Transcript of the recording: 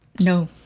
No